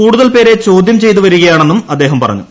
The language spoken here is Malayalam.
കൂടുതൽപേരെ ചോദ്യൂം ചെയ്തു വരികയാണെന്നും അദ്ദേഹം പറഞ്ഞു